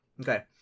Okay